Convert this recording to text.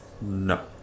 no